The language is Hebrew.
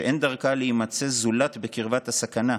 שאין דרכה להימצא זולת בקרבת הסכנה,